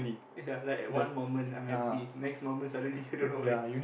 ya like one moment I'm happy next moment suddenly don't know why